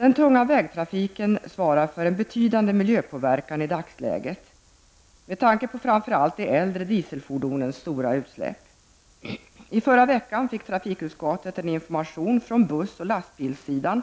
Den tunga vägtrafiken svarar för en betydande miljöpåverkan i dagsläget, med tanke på framför allt de äldre dieselfordonens stora utsläpp. I förra veckan fick trafikutskottet en information från buss och lastbilssidan